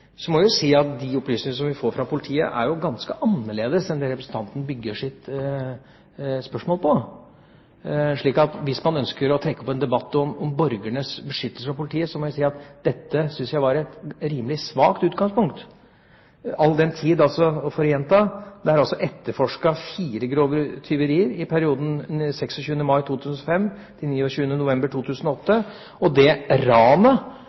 må jeg si at de opplysningene vi får fra politiet, er ganske annerledes enn dem representanten bygger sitt spørsmål på. Hvis man ønsker å trekke opp en debatt om borgernes beskyttelse fra politiet, må jeg si at dette syns jeg var et rimelig svakt utgangspunkt, all den tid – for å gjenta det – det er etterforsket fire grove tyverier i perioden 26. mai 2005 til 29. november 2008. «Ranet», som representanten beskriver det